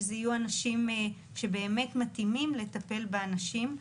שאלו יהיו אנשים שבאמת מתאימים לטפל באנשים.